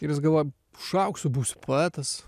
ir jis galvojo užaugsiu būsiu poetas